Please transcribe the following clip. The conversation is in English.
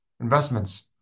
investments